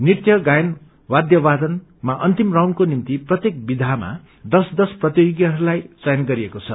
नृत्य गायन बाध्यवादनमा अन्तीम राउण्डको निम्ति प्रत्येक विधामा दश दश प्रतियोगीहरूलाई चयन गरिएको छ